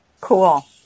cool